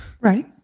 Right